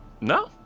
No